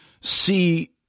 see